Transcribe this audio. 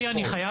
סליחה